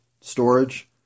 storage